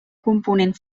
component